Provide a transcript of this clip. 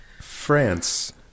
France